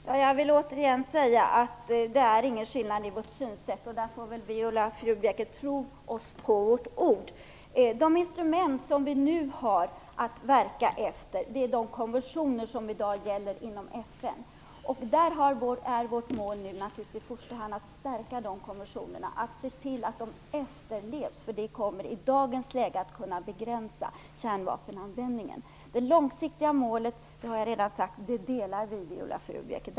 Fru talman! Jag vill återigen säga att det är ingen skillnad i synsätt. Där får väl Viola Furubjelke tro oss på vårt ord. De instrument som vi nu har att verka efter är de konventioner som i dag gäller inom FN. Målet är nu naturligtvis i första hand att stärka de konventionerna, att se till att de efterlevs, för det kommer i dagens läge att kunna begränsa kärnvapenanvändningen. Det långsiktiga målet - det har jag redan sagt - delar vi, Viola Furubjelke.